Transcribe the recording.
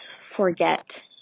forget